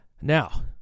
Now